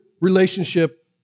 relationship